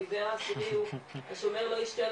הדיבר העשירי הוא "השומר לא ישתה,